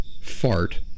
fart